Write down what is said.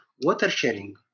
water-sharing